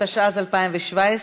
התשע"ז 2017,